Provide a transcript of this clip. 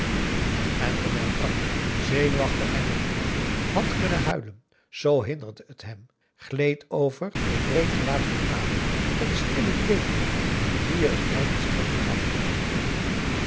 en terwijl bram zenuwachtig en gevoelig had kunnen huilen z hinderde het hem gleed over het breed gelaat van adam een stille bleekheid die er een lijdenstrek aan gaf